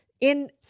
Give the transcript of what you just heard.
in-